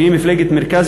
שהיא מפלגת מרכז,